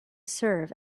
serve